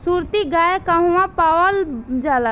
सुरती गाय कहवा पावल जाला?